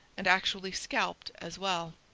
and actually scalped as well.